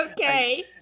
Okay